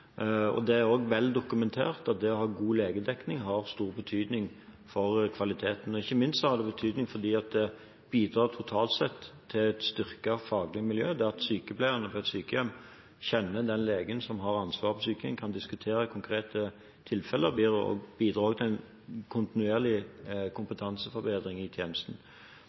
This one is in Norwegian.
Det er også vel dokumentert at det å ha god legedekning har stor betydning for kvaliteten – ikke minst har det betydning fordi det totalt sett bidrar til et styrket faglig miljø. Det at sykepleierne på et sykehjem kjenner den legen som har ansvaret på sykehjemmet og kan diskutere konkrete tilfeller, bidrar også til en kontinuerlig kompetanseforbedring i tjenesten.